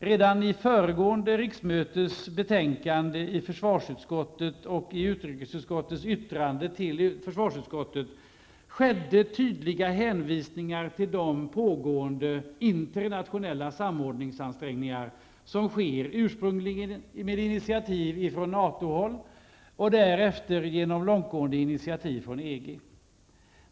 Redan under föregående riksmöte kunde man i ett betänkande från försvarsutskottet samt i ett yttrande från utrikesutskottet till försvarsutskottet konstatera tydliga hänvisningar till de pågående internationella samordningsansträngningarna -- ursprungligen på initiativ från NATO-håll och därefter har det förekommit långtgående initiativ från EG.